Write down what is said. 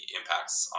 impacts